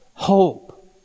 hope